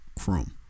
Chrome